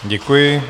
Děkuji.